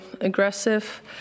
aggressive